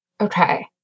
Okay